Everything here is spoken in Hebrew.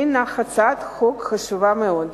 הינה הצעת חוק חשובה מאוד.